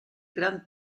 gran